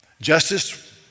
Justice